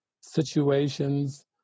situations